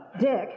Dick